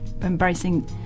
embracing